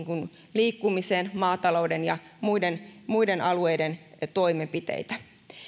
liikkumisen maatalouden ja muiden muiden alueiden toimenpiteitä